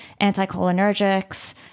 anticholinergics